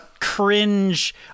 cringe